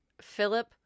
Philip